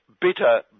bitter